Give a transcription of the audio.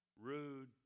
rude